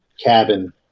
cabin